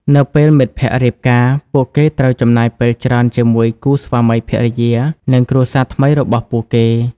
នៅពេលមិត្តភក្តិរៀបការ ពួកគេត្រូវចំណាយពេលច្រើនជាមួយគូស្វាមីភរិយា និងគ្រួសារថ្មីរបស់ពួកគេ។